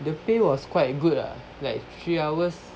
the pay was quite good ah like three hours